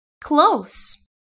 close